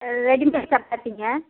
readymade சப்பாத்திங்க